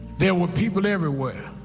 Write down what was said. there were people everywhere.